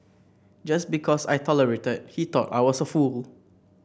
just because I tolerated he thought I was a fool